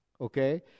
okay